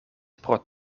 pro